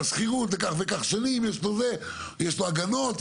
אתה תראה יותר קרקע לדיור להשכרה שמשתווים לשיווק רגיל כמעט לחלוטין.